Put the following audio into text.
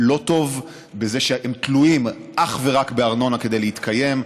לא טוב בזה שהם תלויים אך ורק בארנונה כדי להתקיים.